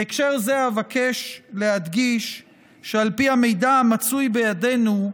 בהקשר זה אבקש להדגיש שעל פי המידע המצוי בידינו,